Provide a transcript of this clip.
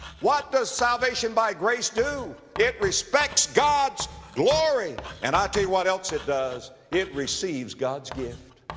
what does salvation by grace do? it respects god's glory. and i'll tell you what else it does it receives god's gift,